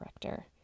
director